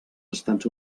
estats